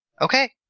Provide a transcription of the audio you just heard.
Okay